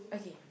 okay